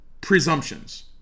presumptions